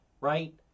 Right